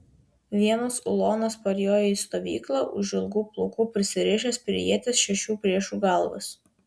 vienas ulonas parjojo į stovyklą už ilgų plaukų prisirišęs prie ieties šešių priešų galvas